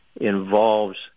involves